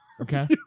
Okay